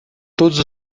todos